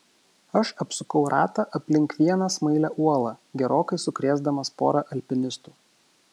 aš apsukau ratą aplink vieną smailią uolą gerokai sukrėsdamas porą alpinistų